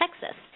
Texas